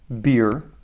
beer